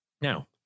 Now